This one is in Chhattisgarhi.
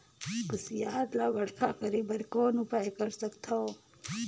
कुसियार ल बड़खा करे बर कौन उपाय कर सकथव?